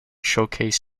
showcase